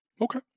Okay